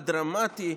הדרמטי,